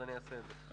אז אני אעשה את זה.